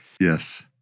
Yes